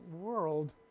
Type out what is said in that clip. world